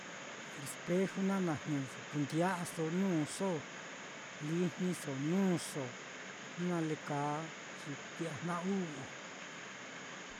Espeju naá jnɨso kunde'yaso nuuso á, lijniso, nuuso, jnu nale kaa xi kui'ya jna-u'u.